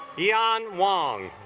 yan wong